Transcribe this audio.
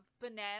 Banana